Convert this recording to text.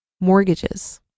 Mortgages